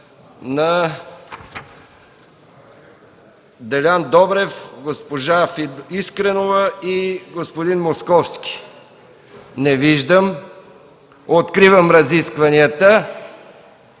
Делян Добрев, госпожа Искренова и господин Московски? Не виждам. Откривам разискванията.